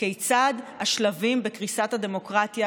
כיצד השלבים בקריסת הדמוקרטיה,